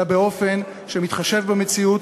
אלא באופן שמתחשב במציאות,